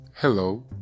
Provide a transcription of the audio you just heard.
Hello